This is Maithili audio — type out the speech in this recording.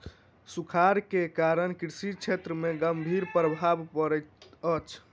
सूखाड़ के कारण कृषि क्षेत्र में गंभीर प्रभाव पड़ैत अछि